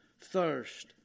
thirst